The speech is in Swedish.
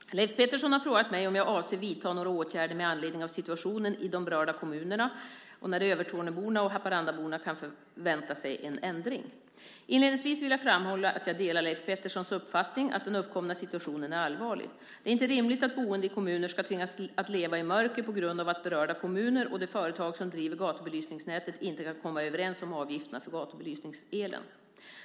Herr talman! Leif Pettersson har frågat mig om jag avser att vidta några åtgärder med anledning av situationen i de berörda kommunerna, och när Övertorneåborna och Haparandaborna kan förvänta sig en ändring. Inledningsvis vill jag framhålla att jag delar Leif Petterssons uppfattning att den uppkomna situationen är allvarlig. Det är inte rimligt att boende i kommuner ska tvingas att leva i mörker på grund av att berörda kommuner och det företag som driver gatubelysningsnätet inte kan komma överens om avgifterna för gatubelysningselen.